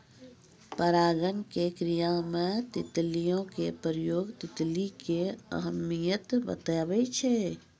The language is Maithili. परागण के क्रिया मे तितलियो के प्रयोग तितली के अहमियत बताबै छै